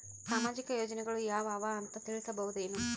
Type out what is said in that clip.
ಸಾಮಾಜಿಕ ಯೋಜನೆಗಳು ಯಾವ ಅವ ಅಂತ ತಿಳಸಬಹುದೇನು?